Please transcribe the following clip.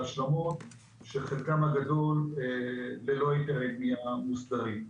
שחלקן הגדול ללא היתרי בנייה מוסדרים.